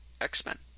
X-Men